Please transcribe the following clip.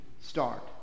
start